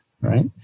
right